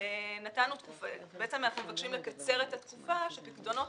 אנחנו מבקשים לקצר את התקופה כך שפיקדונות